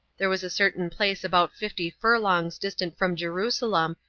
there was a certain place about fifty furlongs distant from jerusalem,